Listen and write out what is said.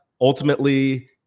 ultimately